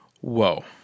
Whoa